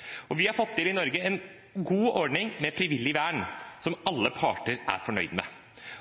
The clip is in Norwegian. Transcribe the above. Vi har i Norge fått til en god ordning med frivillig vern som alle parter er fornøyd med,